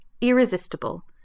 irresistible